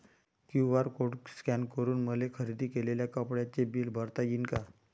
QR code scan करून मले खरेदी केलेल्या कापडाचे बिल भरता यीन का?